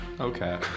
Okay